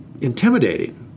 intimidating